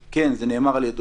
כן, זה נאמר על ידו.